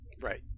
right